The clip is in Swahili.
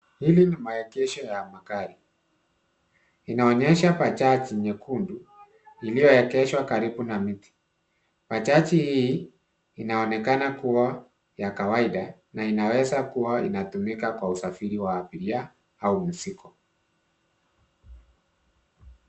Hili ni maegesho ya magari. Inaonyesha bajaji nyekundu iliyoegeshwa karibu na miti. Bajaji hii inaonekana kuwa ya kawaida na inaweza kuwa inatumika kwa usafiri wa abiria au mzigo.